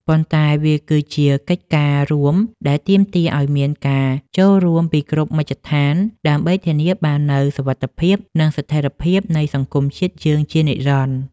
ប៉ុន្តែវាគឺជាកិច្ចការរួមដែលទាមទារឱ្យមានការចូលរួមពីគ្រប់មជ្ឈដ្ឋាន ដើម្បីធានាបាននូវសុវត្ថិភាព និងស្ថិរភាពនៃសង្គមជាតិយើងជានិរន្តរ៍។